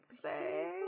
say